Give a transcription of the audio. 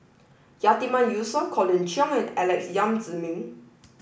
Yatiman Yusof Colin Cheong and Alex Yam Ziming